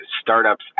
startups